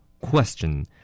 Question